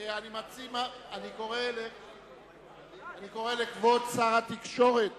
אני קורא לכבוד שר התקשורת